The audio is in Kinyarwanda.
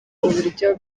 uburyo